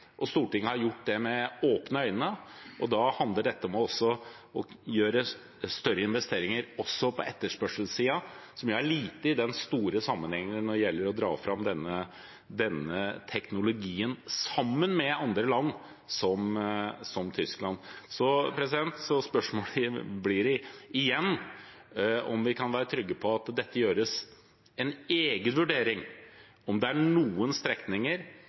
Stortinget har gjort det med åpne øyne, og da handler dette om å gjøre større investeringer også på etterspørselssiden, som jo er lite i den store sammenhengen når det gjelder å dra fram denne teknologien, sammen med andre land som Tyskland. Så spørsmålet blir igjen: Kan vi være trygg på at det gjøres en egen vurdering av om det er noen strekninger